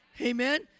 Amen